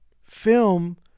film